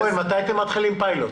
מתי אתם מתחילים פיילוט?